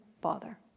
bother